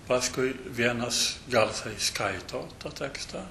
paskui vienas garsiai skaito tą tekstą